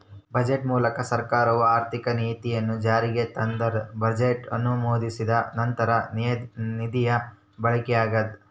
budget ಮೂಲಕ ಸರ್ಕಾರವು ಆರ್ಥಿಕ ನೀತಿಯನ್ನು ಜಾರಿಗೆ ತರ್ತದ ಬಜೆಟ್ ಅನುಮೋದಿಸಿದ ನಂತರ ನಿಧಿಯ ಬಳಕೆಯಾಗ್ತದ